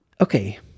Okay